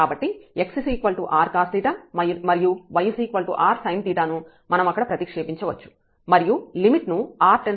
కాబట్టి x r cos మరియు y r sin ను మనం అక్కడ ప్రతిక్షేపించవచ్చు మరియు లిమిట్ ను r→0 గా తీసుకోండి